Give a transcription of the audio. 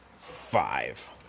five